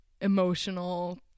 emotional